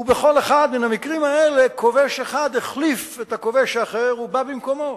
ובכל אחד מן המקרים האלה כובש אחד החליף את הכובש האחר ובא במקומו.